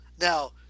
now